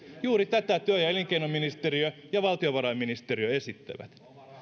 juuri tätä työ ja elinkeinoministeriö ja valtiovarainministeriö esittävät